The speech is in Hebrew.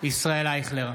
ישראל אייכלר,